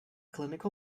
clinical